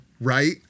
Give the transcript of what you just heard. Right